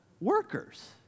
workers